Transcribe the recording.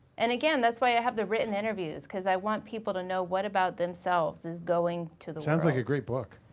and again that's why i have the written interviews cause i want people to know what about themselves is going to the world. sounds like a great book.